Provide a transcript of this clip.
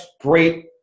great